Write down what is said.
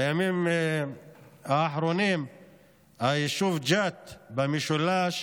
בימים האחרונים קיבלו ביישוב ג'ת במשולש